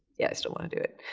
yeah, i still wanna do it.